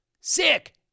Sick